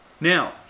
Now